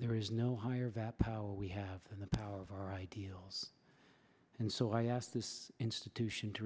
there is no higher power we have than the power of our ideals and so i ask this institution to